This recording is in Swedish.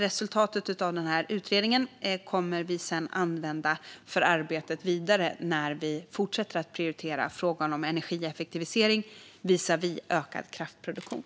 Resultatet av utredningen kommer vi sedan att använda i det vidare arbetet när vi fortsätter att prioritera frågan om energieffektivisering visavi ökad kraftproduktion.